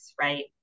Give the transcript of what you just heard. right